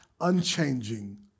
unchanging